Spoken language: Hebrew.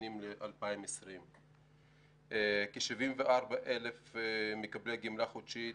הנכונים לשנת 2020. כ-74,000 מקבלי גמלה חודשית: